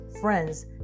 friends